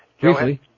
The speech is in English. Briefly